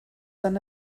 son